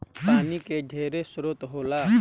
पानी के ढेरे स्रोत होला